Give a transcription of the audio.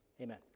Amen